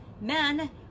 men